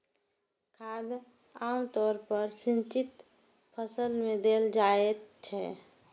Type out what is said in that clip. खाद आम तौर पर सिंचित फसल मे देल जाइत छै